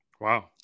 wow